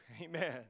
Amen